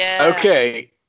Okay